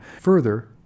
Further